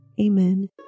Amen